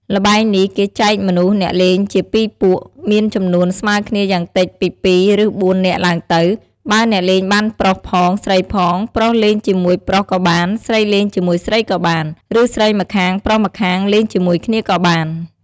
ល្បែងនេះ គេចែកមនុស្សអ្នកលេងជា ២ ពួក មានចំនួនស្មើគ្នាយ៉ាងតិចពី ២ ឬ៤ នាក់ឡើងទៅ បើអ្នកលេងបានប្រុសផង ស្រីផង ប្រុសលេងជាមួយប្រុសក៏បាន ស្រីលេងជាមួយស្រីក៏បាន ឬស្រីម្ខាង ប្រុសម្នាងលេងជាមួយគ្នាក៏បាន ។